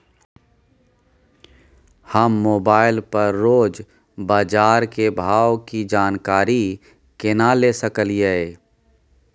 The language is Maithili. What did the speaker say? हम मोबाइल पर रोज बाजार के भाव की जानकारी केना ले सकलियै?